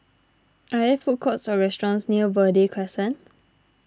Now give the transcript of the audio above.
are there food courts or restaurants near Verde Crescent